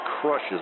crushes